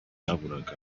baburaga